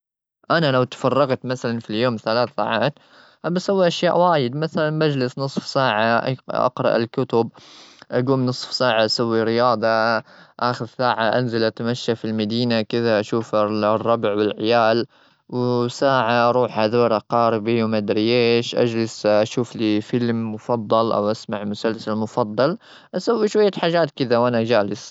أنا لو تفرغت مثلا في اليوم ثلاث ساعات، أبوي أسوي أشياء وايد. مثلا، بجلس نصف ساعة أج-أقرأ الكتب، أقوم نصف ساعة أسوي رياضة. آخر ساعة أنزل أتمشى في المدينة كذا أشوف الربع والعيال. وساعة أروح أزور أقاربي ومدري إيش، أجلس أشوف لي فيلم مفضل أو أسمع مسلسل مفضل. أسوي شوية حاجات كذا وأنا جالس.